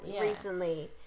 recently